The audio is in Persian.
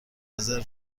رزرو